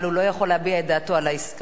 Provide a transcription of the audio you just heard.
אבל הוא לא יכול להביע את דעתו על העסקאות.